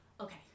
Okay